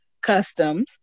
customs